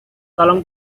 tolong